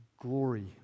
Glory